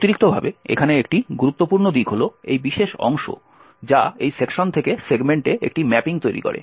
অতিরিক্তভাবে এখানে একটি গুরুত্বপূর্ণ দিক হল এই বিশেষ অংশ যা এই সেকশন থেকে সেগমেন্টে একটি ম্যাপিং তৈরি করে